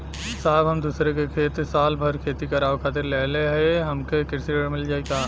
साहब हम दूसरे क खेत साल भर खेती करावे खातिर लेहले हई हमके कृषि ऋण मिल जाई का?